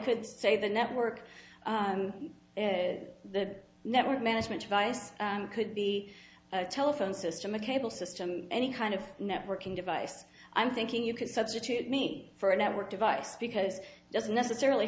could say the network the network management device could be a telephone system a cable system any kind of networking device i'm thinking you could substitute me for a network device because it doesn't necessarily